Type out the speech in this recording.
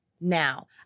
Now